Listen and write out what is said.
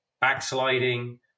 backsliding